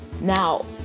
now